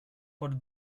por